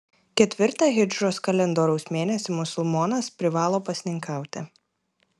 ketvirtą hidžros kalendoriaus mėnesį musulmonas privalo pasninkauti